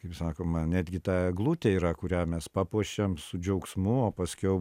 kaip sakoma netgi ta eglutė yra kurią mes papuošėm su džiaugsmu o paskiau